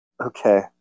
Okay